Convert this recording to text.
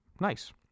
Nice